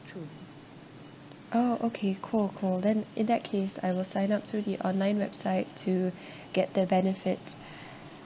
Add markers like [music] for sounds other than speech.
oh okay cool cool then in that case I will sign up through the online website to [breath] get the benefits